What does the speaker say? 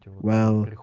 well,